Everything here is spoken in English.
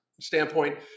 standpoint